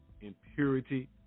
impurity